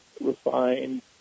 refined